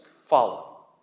follow